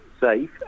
safe